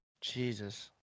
Jesus